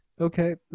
okay